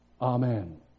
Amen